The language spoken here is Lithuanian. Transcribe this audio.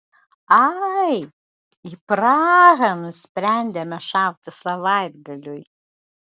ai į prahą nusprendėme šauti savaitgaliui